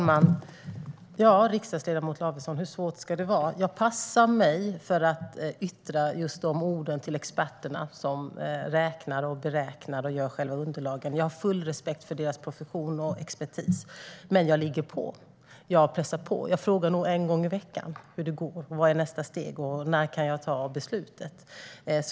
Herr talman! Ja, hur svårt ska det vara, riksdagsledamot Lavesson? Jag passar mig för att yttra just de orden till experterna som beräknar och gör själva underlagen. Jag har full respekt för deras profession och expertis, men jag ligger på. Jag pressar på och frågar nog en gång i veckan hur det går, vad nästa steg är och när jag kan ta beslutet.